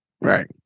Right